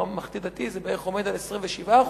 הממלכתי-דתי, זה עומד על בערך 27%,